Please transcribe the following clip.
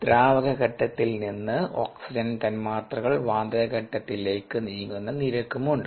ദ്രാവക ഘട്ടത്തിൽ നിന്ന് ഓക്സിജൻ തന്മാത്രകൾ വാതകഘട്ടത്തിലേക്ക് നീങ്ങുന്ന നിരക്കും ഉണ്ട്